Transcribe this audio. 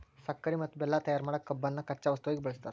ಸಕ್ಕರಿ ಮತ್ತ ಬೆಲ್ಲ ತಯಾರ್ ಮಾಡಕ್ ಕಬ್ಬನ್ನ ಕಚ್ಚಾ ವಸ್ತುವಾಗಿ ಬಳಸ್ತಾರ